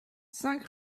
cinq